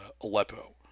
Aleppo